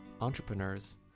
entrepreneurs